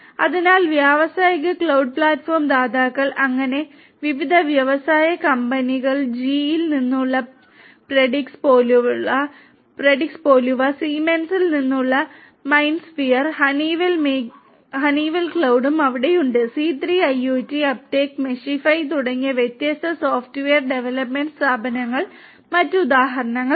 അതിനാൽ വ്യാവസായിക cloud platform ദാതാക്കൾ അങ്ങനെ വിവിധ വ്യവസായ കമ്പനികൾ ജിഇയിൽ ഹണിവെൽ മേഘവും അവിടെയുണ്ട് C3IoT Uptake Meshify തുടങ്ങിയ വ്യത്യസ്ത സോഫ്റ്റ്വെയർ ഡെവലപ്പ്മെന്റ് സ്ഥാപനങ്ങൾ മറ്റ് ഉദാഹരണങ്ങളാണ്